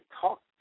talk